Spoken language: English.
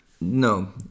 No